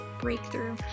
breakthrough